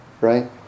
right